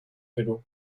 perú